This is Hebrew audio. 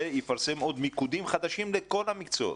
ויפרסם עוד מיקודים חדשים לכל המקצועות.